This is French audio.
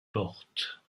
porte